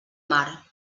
mar